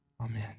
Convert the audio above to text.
Amen